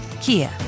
Kia